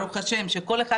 ברוך השם כל אחד,